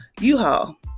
U-Haul